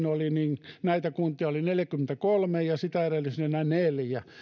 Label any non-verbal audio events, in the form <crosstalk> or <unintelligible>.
<unintelligible> oli heikko vuosi näitä kuntia oli neljäkymmentäkolme ja sitä edellisenä neljä